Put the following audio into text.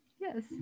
yes